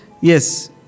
yes